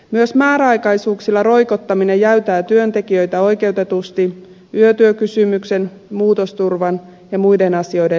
myös määräaikaisuuksilla roikottaminen jäytää työntekijöitä oikeutetusti yötyökysymyksen muutosturvan ja muiden asioiden lisäksi